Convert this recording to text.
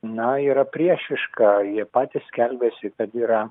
na yra priešiška jie patys skelbiasi kad yra